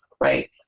right